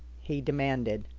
he demanded.